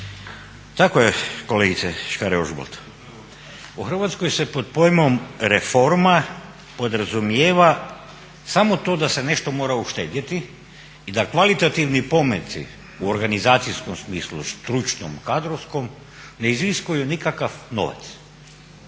Tako je kolegice Škare-Ožbolt. U Hrvatskoj se pod pojmom reforma podrazumijeva samo to da se nešto mora uštedjeti i da kvalitativni pomaci u organizacijskom smislu, stručnom, kadrovskom ne iziskuju nikakav novac.